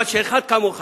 אבל כשאחד כמוך,